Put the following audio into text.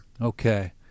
Okay